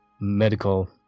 medical